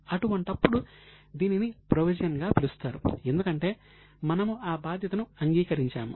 అటువంటప్పుడు దీనిని ప్రొవిజన్ గా పిలుస్తారు ఎందుకంటే మనము ఆ బాధ్యతను అంగీకరించాము